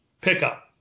pickup